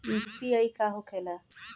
UPI का होखेला?